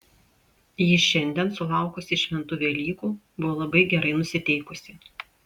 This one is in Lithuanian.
ji šiandien sulaukusi šventų velykų buvo labai gerai nusiteikusi